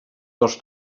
dels